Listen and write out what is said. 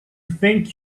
think